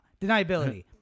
deniability